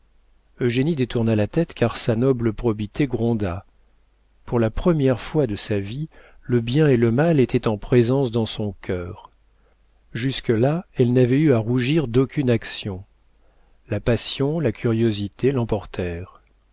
dit-elle eugénie détourna la tête car sa noble probité gronda pour la première fois de sa vie le bien et le mal étaient en présence dans son cœur jusque-là elle n'avait eu à rougir d'aucune action la passion la curiosité